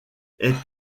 est